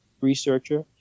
researcher